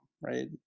right